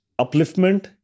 upliftment